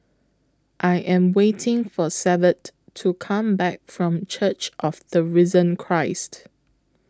I Am waiting For Severt to Come Back from Church of The Risen Christ